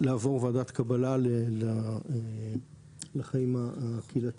לעבור ועדת קבלה לחיים הקהילתיים,